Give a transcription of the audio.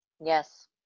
Yes